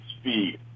speed